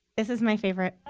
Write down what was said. this is my favorite.